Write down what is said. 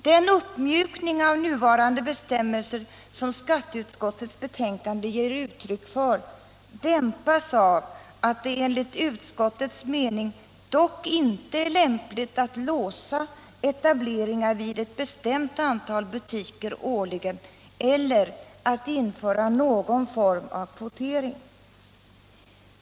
Den uppmjukning av nuvarande bestämmelser som skatteutskottets betänkande ger uttryck för dämpas av att det enligt utskottets mening dock inte är lämpligt att låsa etableringar vid ett bestämt antal butiker årligen eller att införa någon form av kvotering.